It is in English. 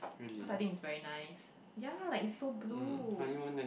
cause I think it's very nice ya like it's so blue